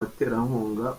baterankunga